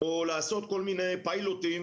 או לעשות כל מיני פיילוטים,